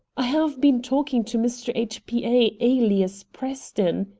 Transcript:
i have been talking to mr. h. p. a, alias preston,